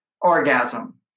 orgasm